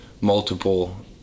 multiple